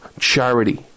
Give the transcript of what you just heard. charity